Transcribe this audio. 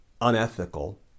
unethical